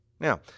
Now